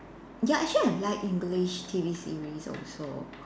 ya actually I like English T_V series also